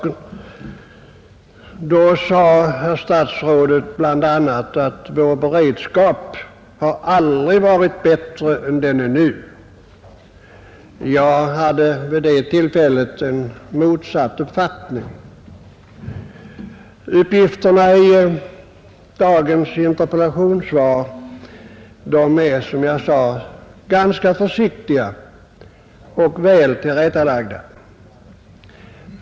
Därvid sade herr statsrådet bl.a. att vår beredskap aldrig har varit bättre än den var då. Jag hade vid det tillfället motsatt uppfattning. Uppgifterna i dagens interpellationssvar är, som jag sade, ganska försiktiga och väl tillrättalagda.